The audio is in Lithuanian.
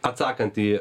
atsakant į